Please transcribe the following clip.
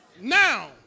now